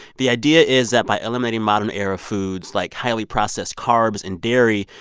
the idea is that by eliminating modern-era foods, like highly processed carbs and dairy,